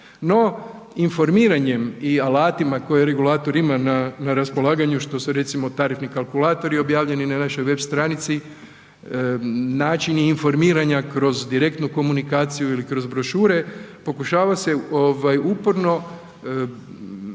No informiranjem i alatima koje regulator ima na raspolaganju što se recimo tarifni kalkulatori objavljeni na našoj web stranici, načini informiranja kroz direktnu komunikaciju ili kroz brošure, pokušava se uporno približiti